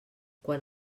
quan